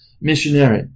missionary